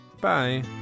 Bye